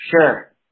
Sure